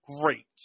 Great